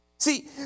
See